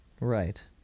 Right